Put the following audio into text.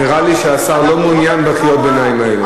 נראה לי שהשר לא מעוניין בקריאות הביניים האלה.